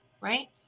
right